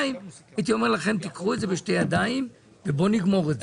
הייתי אומר לכם קחו את זה בשתי ידיים בואו נגמרו את זה.